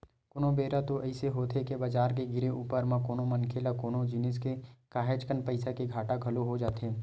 कोनो बेरा तो अइसे होथे के बजार के गिरे ऊपर म कोनो मनखे ल कोनो जिनिस के काहेच कन पइसा के घाटा घलो हो जाथे